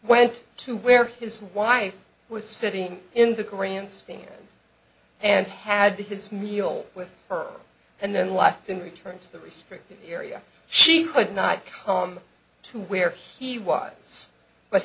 went to where his wife was sitting in the grandstand and had his meal with her and then life then returned to the restricted area she would not come to where he was but